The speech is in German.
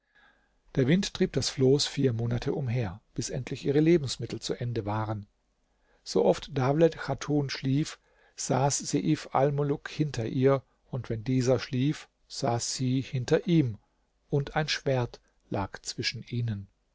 der wind trieb das floß vier monate umher bis endlich ihre lebensmittel zu ende waren so oft dawlet chatun schlief saß seif almuluk hinter ihr und wenn dieser schlief saß sie hinter ihm und ein schwert lag zwischen ihnen